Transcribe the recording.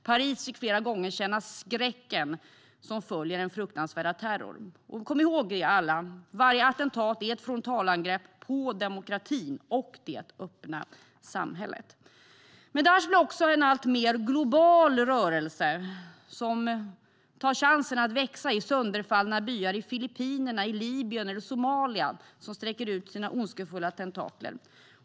Paris fick flera gånger känna skräcken som följer den fruktansvärda terrorn. Och kom ihåg det, alla: Varje attentat är ett frontalangrepp på demokratin och det öppna samhället. Daish blir också en alltmer global rörelse som sträcker ut sina ondskefulla tentakler och tar chansen att växa i sönderfallna byar i Filippinerna, i Libyen och Somalia.